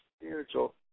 spiritual